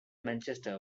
manchester